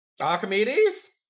Archimedes